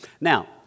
Now